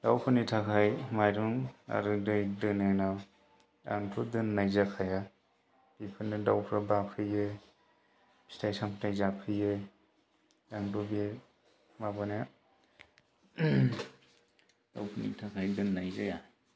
दाउफोरनि थाखाय माइरं आरो दै दोनोना आंथ' दोननाय जाखाया बेफोरनो दाउफोरा बाफैयो फिथाइ सामथाइ जाफैयो आंथ' बे माबानिया दाउफोरनि थाखाय दोननाय जाया